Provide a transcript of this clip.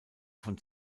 von